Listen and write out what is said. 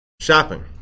Shopping